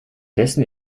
dessen